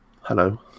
Hello